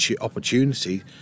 opportunity